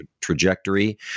trajectory